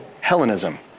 Hellenism